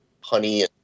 Honey